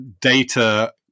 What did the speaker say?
data